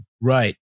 Right